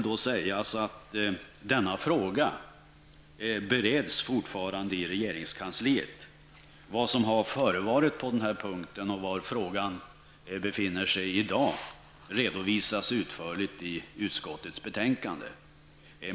Denna fråga bereds fortfarande i regeringskansliet. Vad som har förevarit på den punkten och var frågan befinner sig i dag redovisas utförligt i utskottets betänkande.